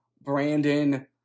Brandon